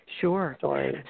Sure